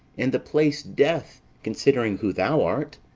and the place death, considering who thou art,